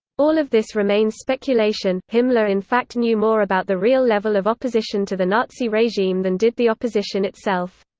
all of this remains speculation himmler in fact knew more about the real level of opposition to the nazi regime than did the opposition itself.